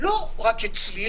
לא רק אצלי,